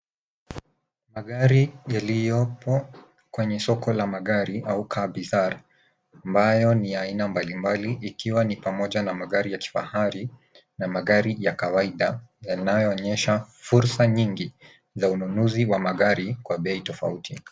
Magari yaliyopo kwenye soko la magari au Car bazaar ambayo ni ya aina mbalimbali ikiwa ni pamoja na magari ya kifahari na magari ya kawaida, yanayoonyesha fursa nyingi za ununuzi wa magari kwa bei tofauti.